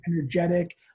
energetic